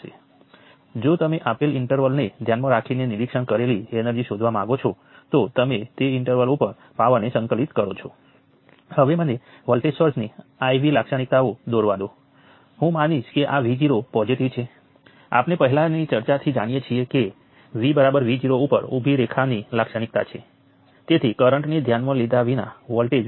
હવે આપણે Kirchhoff current લૉના ઈકવેશન્સ નોડ વન ઉપર લખી શકીએ છીએ આપણી પાસે i 1 i 2 i 6 અને i 8 નો સરવાળો 0 છે